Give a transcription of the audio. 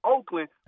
Oakland